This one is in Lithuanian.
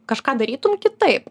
kažką darytum kitaip